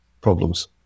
problems